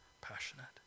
passionate